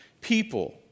people